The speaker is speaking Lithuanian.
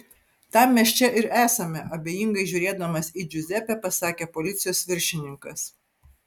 tam mes čia ir esame abejingai žiūrėdamas į džiuzepę pasakė policijos viršininkas